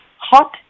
hot